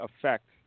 affect